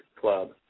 club